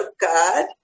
God